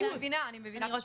אני מבינה את השאלה שלך.